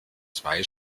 zwei